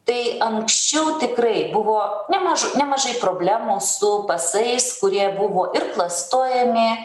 tai anksčiau tikrai buvo nemaž nemažai problemų su pasais kurie buvo ir klastojami